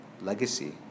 legacy